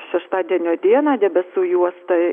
šeštadienio dieną debesų juosta